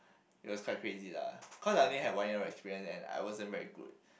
it was quite crazy lah cause I only had one year of experience and I wasn't very good